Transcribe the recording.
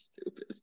stupid